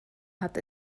hat